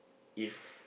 if